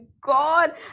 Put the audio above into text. God